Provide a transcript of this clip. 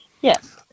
Yes